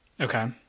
okay